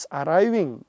arriving